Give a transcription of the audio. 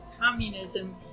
communism